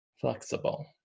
flexible